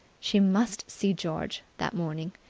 she must see george that morning.